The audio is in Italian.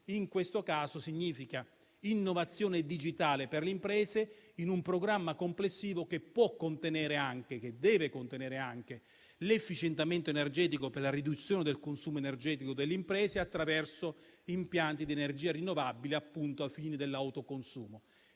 In questo caso significa innovazione digitale per le imprese, in un programma complessivo che può e deve contenere anche l'efficientamento energetico per la riduzione del consumo energetico delle imprese attraverso impianti di energia rinnovabile ai fini dell'autoconsumo.